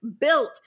built